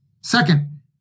Second